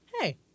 hey